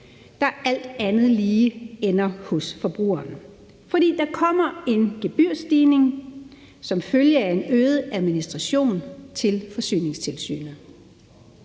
der alt andet lige ender hos forbrugeren, for der kommer en gebyrstigning som følge af en øget administration til Forsyningstilsynet.